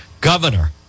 governor